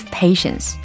patience